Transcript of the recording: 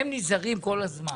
הם נזהרים כל הזמן.